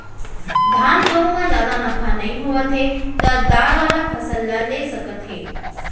धान, गहूँ म जादा नफा नइ होवत हे त दार वाला फसल ल ले सकत हे